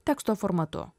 teksto formatu